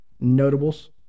notables